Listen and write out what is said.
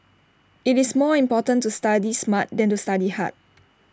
IT is more important to study smart than to study hard